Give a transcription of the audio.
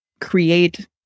create